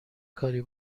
کاری